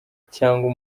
cyangwa